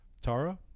Tara